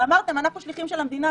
ואמרתם: אנחנו השליחים של המדינה.